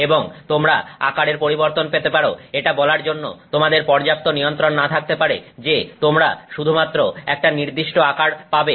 এবং তোমরা আকারের পরিবর্তন পেতে পারো এটা বলার জন্য তোমাদের পর্যাপ্ত নিয়ন্ত্রণ না থাকতে পারে যে তোমরা শুধুমাত্র একটা নির্দিষ্ট আকার পাবে